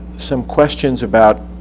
some questions about